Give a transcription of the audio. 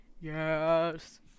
Yes